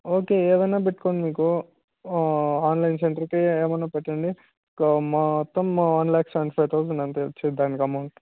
okay ఏదన్నా పెట్టుకోండి మీకు ఆన్లైన్ సెంటర్కి ఏమన్నా పెట్టండి మొత్తం one lakh seventy five thousand అంతే వచ్చుది దానికి అమౌంటు